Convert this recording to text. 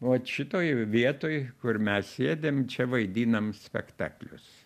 vat šitoj vietoj kur mes sėdim čia vaidinam spektaklius